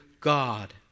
God